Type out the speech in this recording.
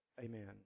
amen